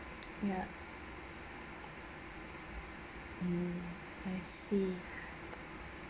ya mm I see